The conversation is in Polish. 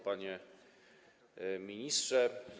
Panie Ministrze!